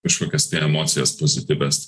kažkokias tai emocijas pozityvias